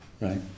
right